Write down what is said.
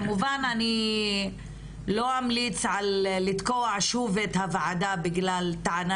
כמובן אני לא אמליץ על לתקוע שוב את הוועדה בגלל טענה